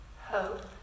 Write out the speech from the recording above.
Hope